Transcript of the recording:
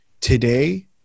today